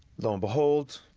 lo and behold,